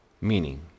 Meaning